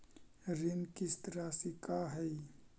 ऋण किस्त रासि का हई?